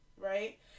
Right